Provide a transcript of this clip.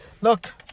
Look